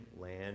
land